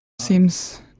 Seems